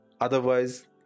Otherwise